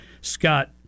Scott